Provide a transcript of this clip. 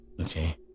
okay